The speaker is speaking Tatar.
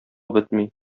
бетми